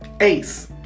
Ace